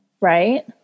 Right